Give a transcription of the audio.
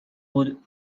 بود